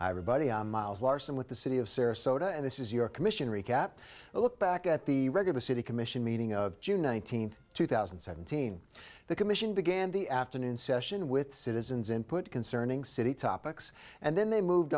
buddy on miles larson with the city of sarasota and this is your commission recap a look back at the regular city commission meeting of june nineteenth two thousand and seventeen the commission began the afternoon session with citizens input concerning city topics and then they moved